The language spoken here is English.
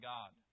God